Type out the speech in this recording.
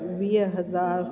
वीह हज़ार